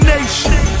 Nation